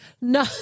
No